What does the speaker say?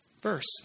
verse